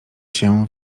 się